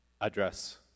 Address